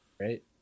right